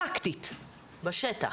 פרקטית בשטח?